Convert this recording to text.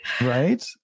right